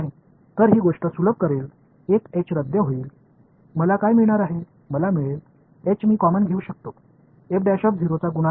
நான் அவ்வாறு பெறுவேன் h நான் பொதுவானதை எடுக்க முடியும் இன் கோஏபிசிஎன்ட் என்ன